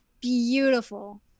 beautiful